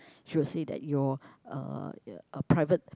she will say that your uh uh private